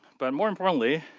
but more importantly,